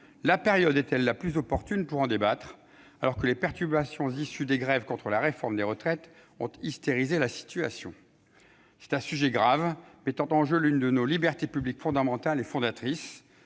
la période est-elle la plus opportune pour en débattre, alors que les perturbations issues des grèves contre la réforme des retraites ont hystérisé la situation ? C'est un sujet grave, mettant en jeu l'une nos libertés publiques fondamentales et fondatrices.